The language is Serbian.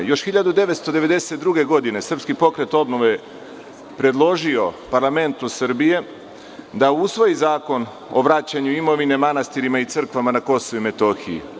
Još 1992. godine SPO je predložio parlamentu Srbije da usvoji Zakon o vraćanju imovine manastirima i crkvama na Kosovu i Metohiji.